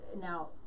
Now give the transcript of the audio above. now